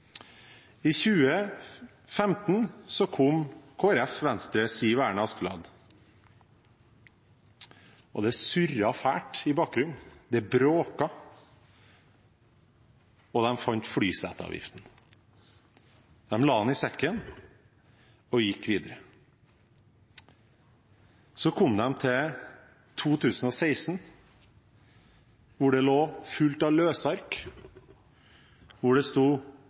I 2015 kom Kristelig Folkeparti, Venstre, Siv og Erna Askeladd, og det surret fælt i bakgrunnen, det bråkte, og de fant flyseteavgiften. De la den i sekken og gikk videre. Så kom de til 2016, hvor det lå fullt av løsark hvor det sto: